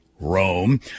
Rome